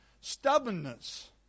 Stubbornness